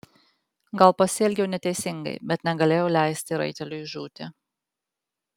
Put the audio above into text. gal pasielgiau neteisingai bet negalėjau leisti raiteliui žūti